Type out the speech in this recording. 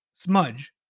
smudge